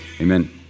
Amen